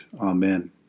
Amen